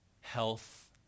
health